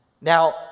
Now